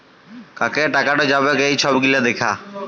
কাকে টাকাট যাবেক এই ছব গিলা দ্যাখা